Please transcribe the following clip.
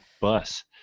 bus